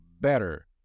better